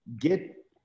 get